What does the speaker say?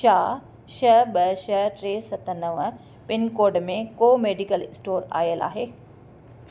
छा छह ॿ छह टे सत नव पिनकोड में को मैडिकल स्टोर आयलु आहे